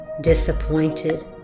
disappointed